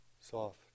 Soft